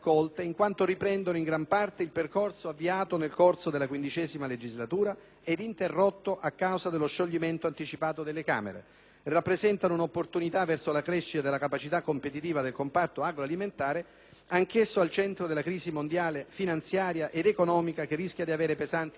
ed interrotto a causa dello scioglimento anticipato delle Camere e rappresentano un'opportunità verso la crescita della capacità competitiva del comparto agroalimentare, anch'esso al centro della crisi mondiale finanziaria ed economica che rischia di avere pesanti ripercussioni sui redditi dei produttori, come le stesse organizzazioni professionali